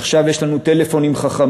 ועכשיו יש לנו טלפונים חכמים.